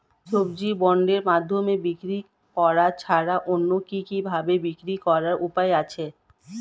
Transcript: সবজি বন্ডের মাধ্যমে বিক্রি করা ছাড়া অন্য কি কি ভাবে বিক্রি করার উপায় আছে?